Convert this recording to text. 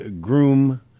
Groom